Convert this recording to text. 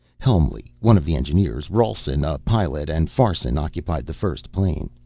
helmly, one of the engineers, rawlson, a pilot, and farson occupied the first plane.